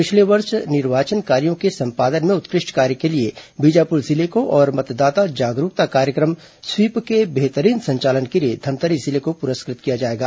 पिछले वर्ष निर्वाचन कार्यो के संपादन में उत्कृष्ट कार्य के लिए बीजापुर जिले को और मतदाता जागरूकता कार्यक्रम स्वीप के बेहतरीन संचालन के लिए धमतरी जिले को पुरस्कृत किया जाएगा